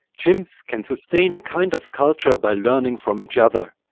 chimps can sustain a kind of culture by learning from each other.